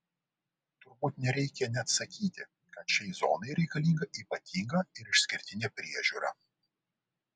turbūt nereikia net sakyti kad šiai zonai reikalinga ypatinga ir išskirtinė priežiūra